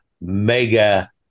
mega